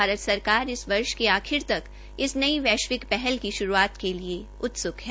भारत सरकार इस वर्ष के आखिर तक इस नई वैश्विक पहल की शुरूआत के लिए उत्सुक है